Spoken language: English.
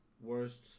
worst